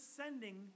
sending